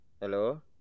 Hello